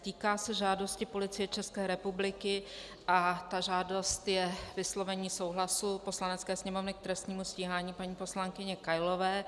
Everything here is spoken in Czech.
Týká se žádosti Policie České republiky, a ta žádost je vyslovení souhlasu Poslanecké sněmovny k trestnímu stíhání paní poslankyně Kailové.